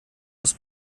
aus